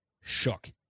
shook